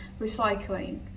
recycling